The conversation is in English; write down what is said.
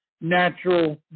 natural